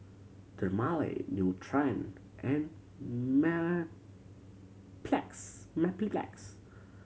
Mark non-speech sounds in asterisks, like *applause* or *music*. Dermale Nutren and *unintelligible* Mepilex